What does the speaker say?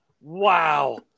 Wow